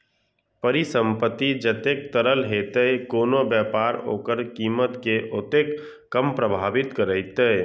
परिसंपत्ति जतेक तरल हेतै, कोनो व्यापार ओकर कीमत कें ओतेक कम प्रभावित करतै